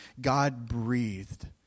God-breathed